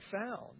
found